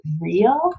real